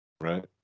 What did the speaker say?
Right